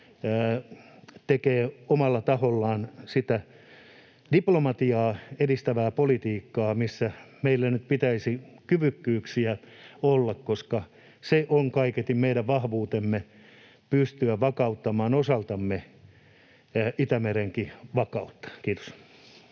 tekee omalla tahollaan diplomatiaa edistävää politiikkaa, missä meillä nyt pitäisi olla kyvykkyyksiä? Se on kaiketi meidän vahvuutemme: pystyä vakauttamaan osaltamme Itämerenkin vakautta. — Kiitos.